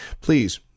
please